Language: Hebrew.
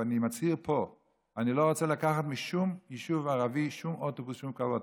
ואני מצהיר פה: אני לא רוצה לקחת משום יישוב ערבי שום קו אוטובוס.